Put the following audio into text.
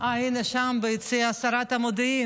הינה שם ביציאה שרת המודיעין.